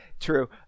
true